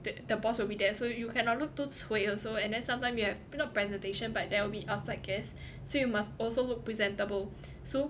the the boss will be there so you cannot look too cui also and then sometime you have not presentation but there will be outside guests so you must also look presentable so